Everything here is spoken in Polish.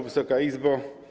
Wysoka Izbo!